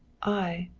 i,